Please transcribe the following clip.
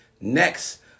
Next